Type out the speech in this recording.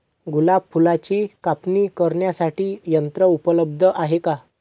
गुलाब फुलाची कापणी करण्यासाठी यंत्र उपलब्ध आहे का?